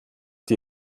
die